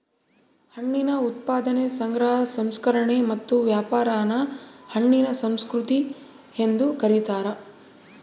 ಹಣ್ಣಿನ ಉತ್ಪಾದನೆ ಸಂಗ್ರಹ ಸಂಸ್ಕರಣೆ ಮತ್ತು ವ್ಯಾಪಾರಾನ ಹಣ್ಣಿನ ಸಂಸ್ಕೃತಿ ಎಂದು ಕರೀತಾರ